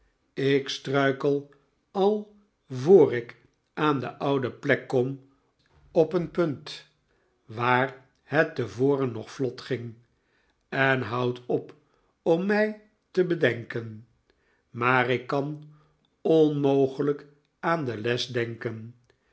ik struikel al voor ik aan de oude plek kom op een punt waar het tevoren nog vlot ging en houd op om mij te bedenken maar ik kan onmogelijk aan de les denken